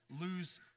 lose